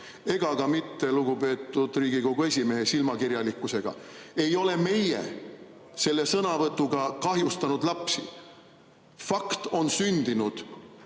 ega ka mitte lugupeetud Riigikogu esimehe silmakirjalikkusega. Ei ole meie selle sõnavõtuga kahjustanud lapsi. Fakt on sündinud